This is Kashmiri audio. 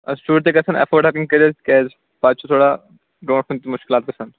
سر شُرۍ تہِ گژھَن ایفٲڑ ہیٚکٕنۍ کٔرِتھ تِکیٛازِ پَتہٕ چھُ تھوڑا برٛونٛٹھ کُن تہِ مُشکِلات گژھان